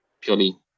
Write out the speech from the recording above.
purely